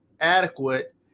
adequate